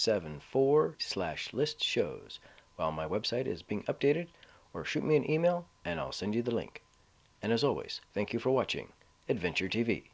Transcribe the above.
seven four slash list shows well my website is being updated or shoot me an email and i'll send you the link and as always thank you for watching adventure t